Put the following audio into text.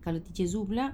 kalau teacher zul pula